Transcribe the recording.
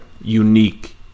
unique